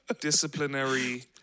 disciplinary